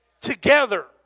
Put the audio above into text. together